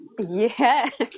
yes